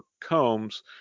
Combs